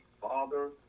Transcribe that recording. Father